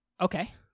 Okay